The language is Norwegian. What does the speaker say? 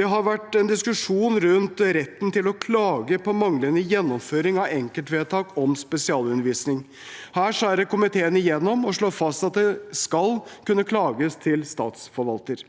Det har vært en diskusjon rundt retten til å klage på manglende gjennomføring av enkeltvedtak om spesialundervisning. Her skjærer komiteen igjennom og slår fast at det skal kunne klages til statsforvalter.